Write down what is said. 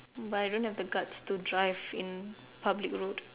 but I don't have the guts to drive in public road